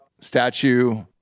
Statue